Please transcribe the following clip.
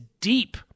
deep